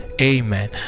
amen